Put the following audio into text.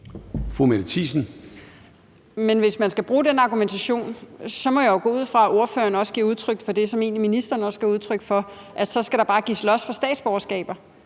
Mette Thiesen (DF): Men hvis man skal bruge den argumentation, må jeg jo gå ud fra, at ordføreren også giver udtryk for det, som ministeren egentlig også gav udtryk for, altså at der så bare skal gives los for statsborgerskaber